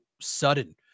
sudden